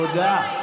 תודה.